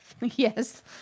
Yes